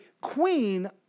queen